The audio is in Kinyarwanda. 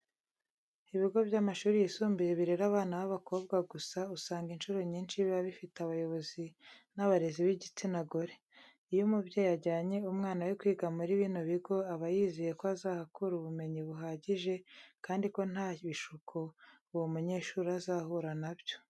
Ibigo by'amashuri yisumbuye birera abana b'abakobwa gusa, usanga incuro nyinshi biba bifite abayobozi n'abarezi b'igitsina gore. Iyo umubyeyi ajyanye umwana we kwiga muri bino bigo aba yizeye ko azahakura ubumenyi buhagije kandi ko nta bishuko uwo munyeshuri azahura na byo.